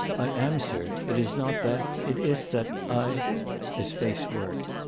i am, sir. it is not that. it iss that i his face worked.